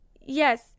Yes